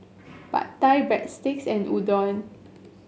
Pad Thai Breadsticks and Udon